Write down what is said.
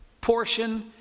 portion